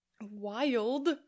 Wild